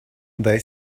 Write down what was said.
they